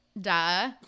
duh